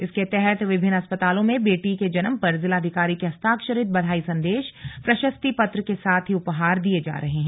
इसके तहत विभिन्न अस्पतालों में बेटी जन्म पर के हस्ताक्षरित बधाई संदेश प्रशस्ति पत्र के साथ ही उपहार दिये जा रहे हैं